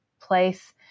place